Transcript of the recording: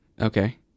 Okay